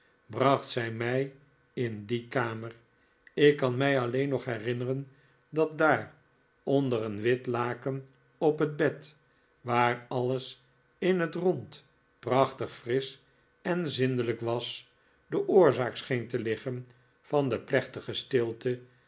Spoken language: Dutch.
bracht zij mij in die kamer ik kan mij alleen nog herinneren dat daar onder een wit laken op het bed waar alles in het rond prachtig frisch en zindelijk was de oorzaak scheen te liggen van de plechtige stilte